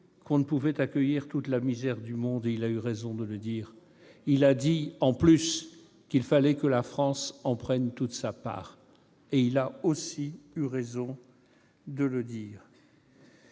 qu'on ne pouvait accueillir toute la misère du monde, et il a eu raison ; il a dit, en plus, qu'il fallait que la France en prenne toute sa part, et il a eu raison aussi.